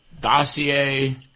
dossier